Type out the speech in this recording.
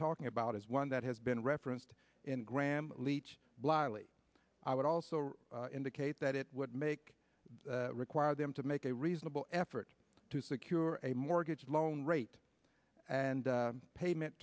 talking about is one that has been referenced in graham leach bliley i would also indicate that it would make require them to make a reasonable effort to secure a mortgage loan rate and payment